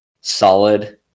solid